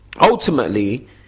ultimately